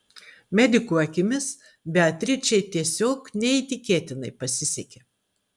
medikų akimis beatričei tiesiog neįtikėtinai pasisekė